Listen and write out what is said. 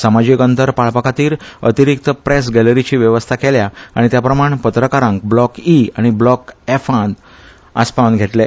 social distancing पाळपाखातीर अतिरिक्त press गॅलरीची वेवस्था केल्या आनी त्या प्रमाण पत्रकारांक ब्लॉक ई आनी ब्लॉक एफ न आस्पावन घेतले